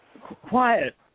Quiet